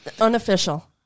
unofficial